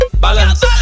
balance